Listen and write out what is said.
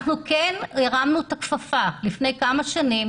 אנחנו הרמנו את הכפפה לפני כמה שנים